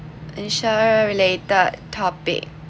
and share related topic